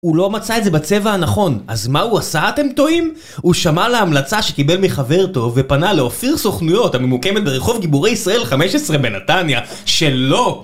הוא לא מצא את זה בצבע הנכון, אז מה הוא עשה, אתם טועים? הוא שמע להמלצה שקיבל מחבר טוב, ופנה לאופיר סוכנויות הממוקמת ברחוב גיבורי ישראל 15 בנתניה, שלא